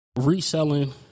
reselling